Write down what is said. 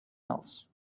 else